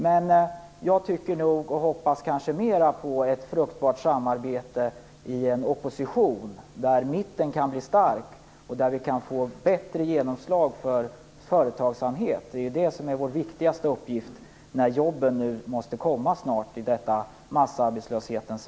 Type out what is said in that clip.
Men jag hoppas kanske mera på ett fruktbart samarbete i en opposition, där mitten kan bli stark och där vi kan få bättre genomslag för företagsamheten. Det är ju vår viktigaste uppgift nu när jobben snart måste komma i detta massarbetslöshetens